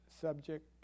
subject